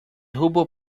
hubo